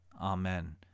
amen